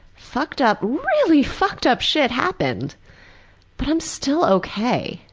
fucked-up, really fucked-up shit happened but i'm still ok.